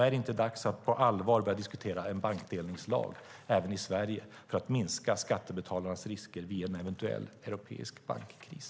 Är det inte dags att på allvar börja diskutera en bankdelningslag även i Sverige, för att minska skattebetalarnas risker vid en eventuell europeisk bankkris?